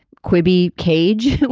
quippy cage?